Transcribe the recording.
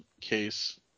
case